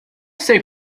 sei